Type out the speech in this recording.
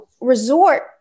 resort